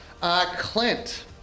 Clint